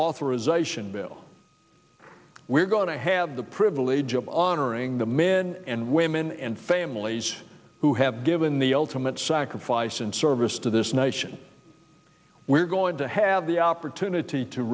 authorization bill we're going to have the privilege of honoring the men and women and families who have given the ultimate sacrifice in service to this nation we're going to have the opportunity to